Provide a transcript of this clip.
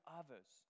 others